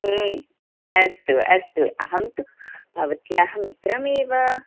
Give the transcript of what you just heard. अस्तु अस्तु अहं तु भवत्याः मित्रमेव